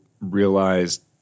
realized